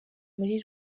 muri